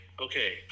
okay